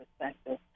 perspective